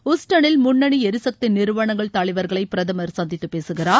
ஹூஸ்டனில் முன்னணி எரிசக்தி நிறுவனங்கள் தலைவர்களை பிரதமர் சந்தித்து பேசுகிறார்